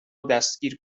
دستگیر